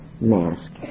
mask